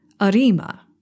Arima